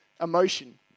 emotion